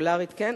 פופולרית כן?